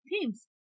Teams